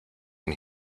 and